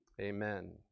Amen